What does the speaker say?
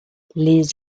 les